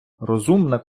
розумна